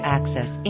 Access